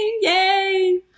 Yay